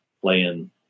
playing